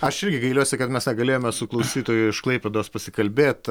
aš irgi gailiuosi kad mes negalėjome su klausytoju iš klaipėdos pasikalbėt